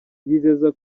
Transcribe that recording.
yizeza